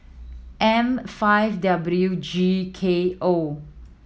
M five W G K O